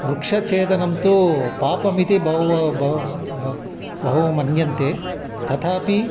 वृक्षच्छेदनं तु पापम् इति बहवः ब बहवः बहु मन्यन्ते तथापि